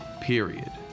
Period